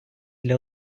для